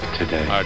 today